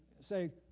say